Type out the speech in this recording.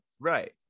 Right